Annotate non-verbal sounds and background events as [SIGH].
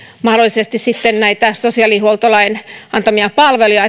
mahdollisesti näitä sosiaalihuoltolain antamia palveluja [UNINTELLIGIBLE]